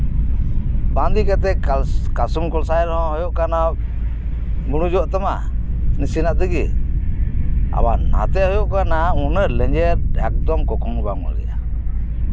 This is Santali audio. ᱵᱟᱸᱫᱮ ᱠᱟᱛᱮᱜ ᱠᱟᱥᱚᱢ ᱠᱚᱞᱥᱟᱭ ᱨᱮᱦᱚᱸ ᱦᱳᱭᱳᱜ ᱠᱟᱱᱟ ᱵᱷᱩᱲᱩᱡᱚᱜ ᱛᱟᱢᱟ ᱱᱟᱥᱮᱱᱟᱜ ᱛᱮᱜᱮ ᱟᱵᱟᱨ ᱱᱟᱛᱮ ᱦᱚᱸ ᱦᱩᱭᱩᱜ ᱠᱟᱱᱟ ᱩᱱᱟᱹᱜ ᱞᱮᱧᱡᱮᱨ ᱮᱠᱫᱚᱢ ᱠᱚᱠᱷᱳᱱᱳ ᱵᱟᱝ ᱵᱷᱟᱜᱤᱭᱟ